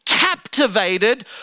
Captivated